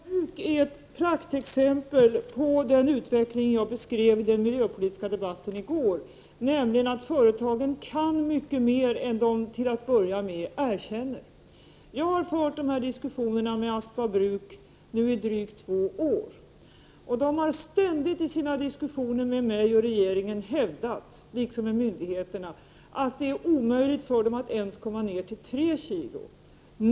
Herr talman! Aspa bruk är ett praktexempel på den utveckling som jag beskrev i den miljöpolitiska debatten i går. Företagen kan nämligen mycket mer än vad de till en början erkänner. Jag har fört dessa diskussioner med Aspa bruk i drygt två år, och de har i sina diskussioner med mig och regeringen liksom med myndigheterna ständigt hävdat att det är omöjligt för dem att ens komma ned till 3 kg.